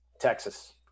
Texas